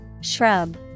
Shrub